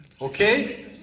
okay